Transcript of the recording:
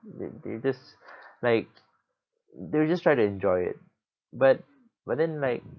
they they just like they would just try to enjoy it but but then like